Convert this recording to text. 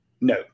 No